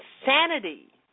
insanity